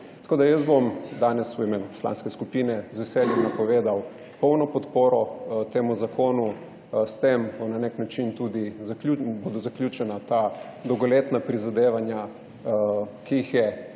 soljudem. Jaz bom danes v imenu poslanske skupine z veseljem napovedal polno podporo temu zakonu. S tem bodo zaključena ta dolgoletna prizadevanja, ki jih je